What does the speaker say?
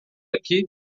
aqui